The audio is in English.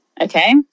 okay